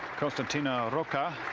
constantinos rocca.